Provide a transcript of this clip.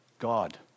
God